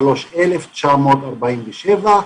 533,947,